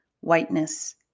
whiteness